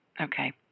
Okay